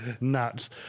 nuts